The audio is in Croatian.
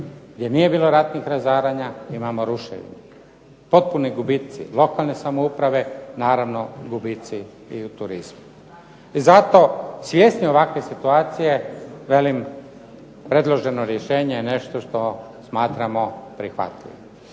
gdje nije bilo ratnih razaranja imamo ruševine. Potpuni gubici lokalne samouprave, naravno gubici i u turizmu. I zato svjesni ovakve situacije velim predloženo rješenje je nešto što smatramo prihvatljivim.